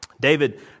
David